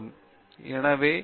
பேராசிரியர் பிரதாப் ஹரிதாஸ் சரி